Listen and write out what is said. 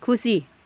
खुसी